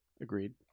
Agreed